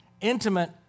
intimate